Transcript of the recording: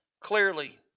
clearly